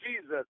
Jesus